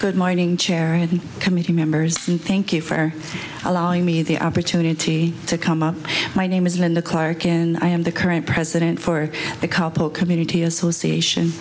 good morning charity committee members thank you for allowing me the opportunity to come up my name is linda clark in i am the current president for a couple community association